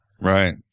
Right